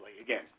again